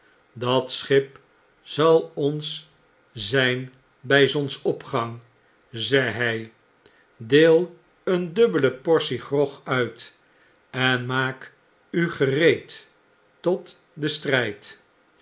dat schip zal ons zyn by zonsopgang zei by deel een dubbele portie grog uit en maak u gereed tot den strjjd